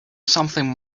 something